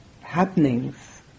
happenings